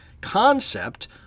concept